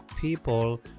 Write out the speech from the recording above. people